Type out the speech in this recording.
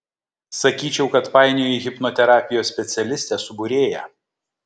sakyčiau kad painioji hipnoterapijos specialistę su būrėja